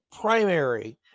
primary